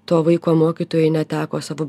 to vaiko mokytojai neteko savo